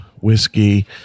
whiskey